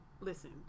Listen